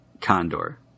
condor